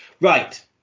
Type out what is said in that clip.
Right